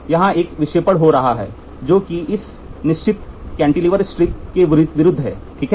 तो यहां एक विक्षेपण हो रहा है जो कि इस निश्चित कैंटीलिवर स्ट्रिप के विरुद्ध है ठीक है